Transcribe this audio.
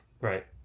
Right